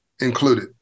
included